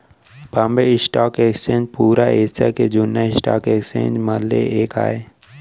Bombay stock exchange पुरा Asia के जुन्ना स्टॉक एक्सचेंज म ले एक आय